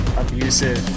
abusive